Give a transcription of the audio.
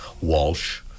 Walsh